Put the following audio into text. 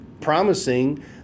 promising